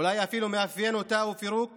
אולי אפילו מאפיין אותה, הוא פירוק